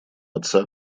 отца